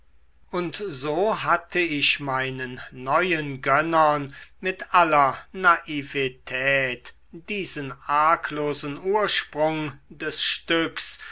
und so hatte ich meinen neuen gönnern mit aller naivetät diesen arglosen ursprung des stücks